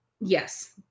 Yes